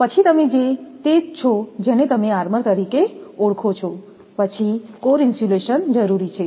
પછી તમે તે જ છો જેને તમે આર્મર તરીકે ઓળખો છો પછી કોર ઇન્સ્યુલેશન જરૂરી છે